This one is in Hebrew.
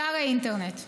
אתר האינטרנט,